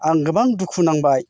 आं गोबां दुखु नांबाय